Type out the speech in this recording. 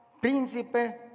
Príncipe